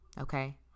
Okay